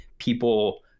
people